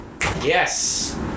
yes